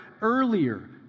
earlier